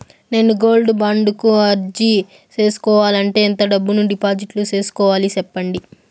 నేను gold bond కు అర్జీ సేసుకోవాలంటే ఎంత డబ్బును డిపాజిట్లు సేసుకోవాలి సెప్పండి